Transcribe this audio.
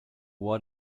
what